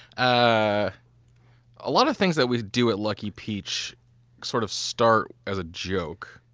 ah a lot of things that we do at lucky peach sort of start as a joke.